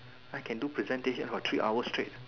I can do presentations for three hours straight